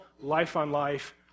life-on-life